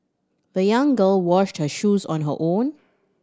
the young girl washed her shoes on her own